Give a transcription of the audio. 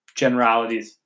generalities